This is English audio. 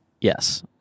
Yes